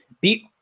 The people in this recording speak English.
beat